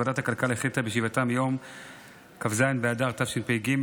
ועדת הכלכלה החליטה בישיבתה מיום כ"ז באדר התשפ"ג,